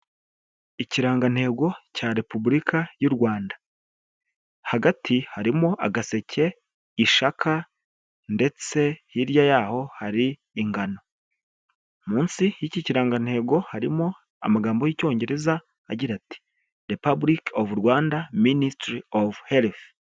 Ikirangantego cya repubulika y'u Rwanda, hagati harimo agaseke, ishaka ndetse hirya yaho hariho ingano, munsi y'iki kirangantego harimo amagambo y'icyongereza agira ati''repaburiki ofu Rwanda minisitiri ofu herifu.